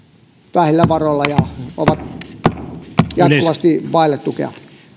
vähillä varoilla ja ovat jatkuvasti vailla tukea